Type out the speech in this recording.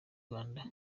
rwanda